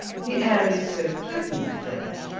the air is so pleasant there.